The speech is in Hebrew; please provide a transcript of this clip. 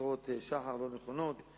חסרות שחר, לא נכונות.